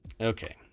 okay